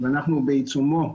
ואנחנו בעיצומו,